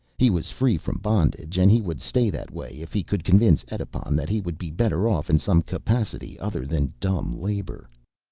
he was free from bondage and he would stay that way if he could convince edipon that he would be better off in some capacity other than dumb labor.